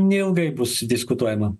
neilgai bus diskutuojama